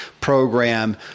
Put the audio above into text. program